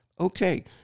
okay